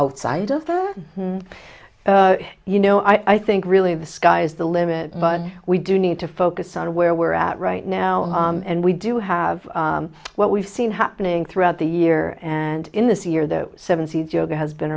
outside of her you know i think really the sky's the limit but we do need to focus on where we're at right now and we do have what we've seen happening throughout the year and in this year the seventy's yoga has been